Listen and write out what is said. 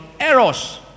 eros